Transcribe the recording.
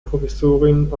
professorin